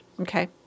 Okay